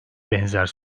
benzer